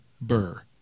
Burr